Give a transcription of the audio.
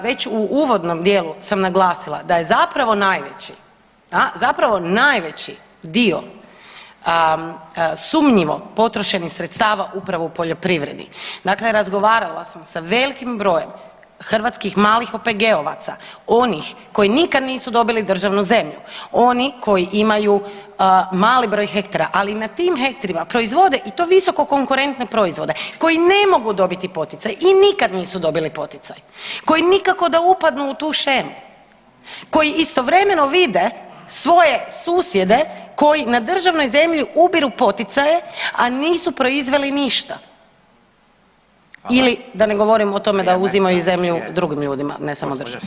Već u uvodnom dijelu sam naglasila da je zapravo najveći, zapravo najveći dio sumnjivo potrošenih sredstava upravo u poljoprivredi, dakle razgovarala sam sa velikim brojem hrvatskih malih OPG-ovaca, onih koji nikad nisu dobili državnu zemlju, oni koji imaju mali broj hektara, ali na tim hektrima proizvode i to visoko konkurentne proizvode koji ne mogu dobiti poticaj i nikad nisu dobili poticaj, koji nikako da upadnu u tu shemu, koji istovremeno vide svoje susjede koji na državnoj zemlji ubiru poticaje, a nisu proizveli ništa ili da ne govorim o tome da uzimaju zemlju drugim ljudima ne samo državi.